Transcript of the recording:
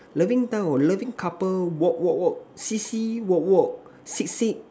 loving town or loving couple walk walk walk see see walk walk sit sit